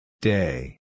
Day